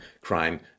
crime